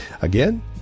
Again